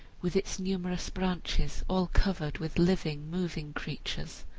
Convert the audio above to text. with its numerous branches all covered with living, moving creatures.